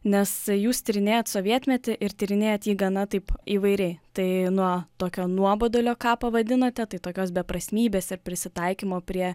nes jūs tyrinėjat sovietmetį ir tyrinėjat jį gana taip įvairiai tai nuo tokio nuobodulio ką pavadinote tai tokios beprasmybės ir prisitaikymo prie